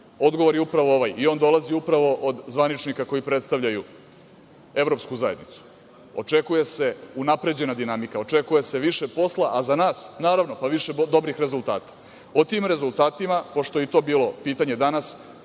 Odgovor je upravo ovaj i on dolazi upravo od zvaničnika koji predstavljaju evropsku zajednicu. Očekuje se unapređena dinamika, očekuje se više posla, a za nas, pa naravno, više dobrih rezultata. O tim rezultatima, pošto je i to bilo pitanje danas,